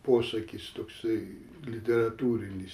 posakis toksai literatūrinis